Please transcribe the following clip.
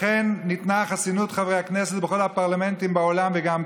לכן ניתנה חסינות חברי הכנסת בכל הפרלמנטים בעולם וגם כאן,